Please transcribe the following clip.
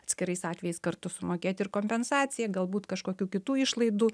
atskirais atvejais kartu sumokėti ir kompensaciją galbūt kažkokių kitų išlaidų